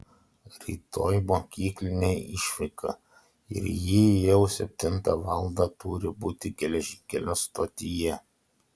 rytoj mokyklinė išvyka ir ji jau septintą valandą turi būti geležinkelio stotyje